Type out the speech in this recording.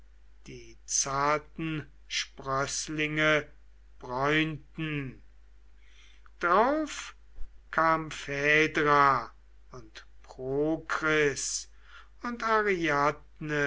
die zarten sprößlinge bräunten drauf kam phaidra und prokris und